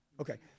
Okay